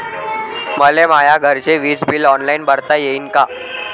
मले माया घरचे विज बिल ऑनलाईन भरता येईन का?